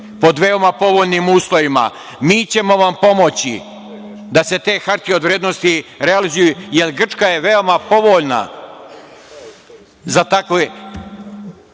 pod veoma povoljnim uslovima, mi ćemo vam pomoći da se te hartije od vrednosti realizuju, jer Grčka je veoma povoljna za takve